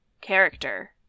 character